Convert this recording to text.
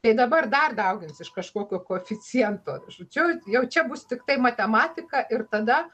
tai dabar dar daugins iš kažkokio koeficiento žodžiu jau čia bus tiktai matematika ir tada